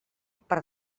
per